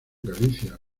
galicia